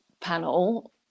panel